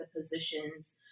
positions